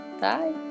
Bye